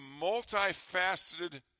multifaceted